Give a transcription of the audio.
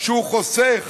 שהוא חוסך